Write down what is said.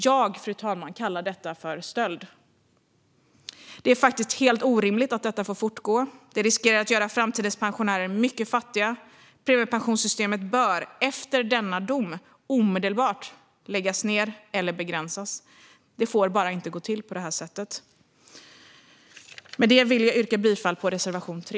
Jag, fru talman, kallar detta för stöld. Det är faktiskt helt orimligt att detta får fortgå. Det riskerar att göra framtidens pensionärer mycket fattiga. Premiepensionssystemet bör efter denna dom omedelbart läggas ned eller begränsas. Det får bara inte gå till på det här sättet. Med det vill jag yrka bifall till reservation 3.